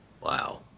Wow